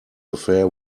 affair